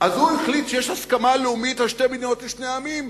הוא החליט שיש הסכמה לאומית על שתי מדינות לשני עמים.